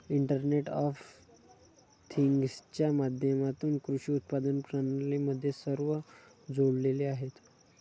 internet of थिंग्जच्या माध्यमातून कृषी उत्पादन प्रणाली मध्ये सर्व जोडलेले आहेत